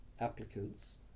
applicants